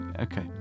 Okay